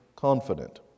Confident